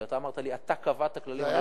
ואתה אמרת לי: אתה קבעת כללים.